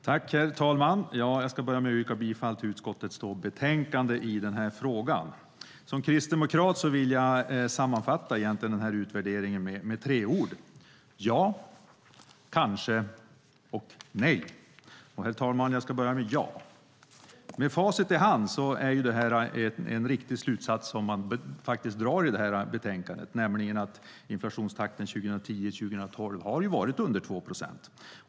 Herr talman! Jag ska börja med att yrka bifall till förslaget i utskottets betänkande i denna fråga. Som kristdemokrat vill jag sammanfatta denna utvärdering med tre ord: ja, kanske och nej. Herr talman! Jag ska börja med ja. Med facit i hand är det en riktig slutsats som dras i betänkandet, nämligen att inflationstakten 2010-2012 har varit under 2 procent.